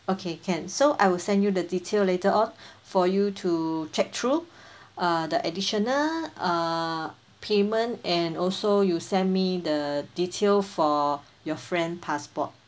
okay can so I will send you the detail later on for you to check through uh the additional uh payment and also you send me the detail for your friend passport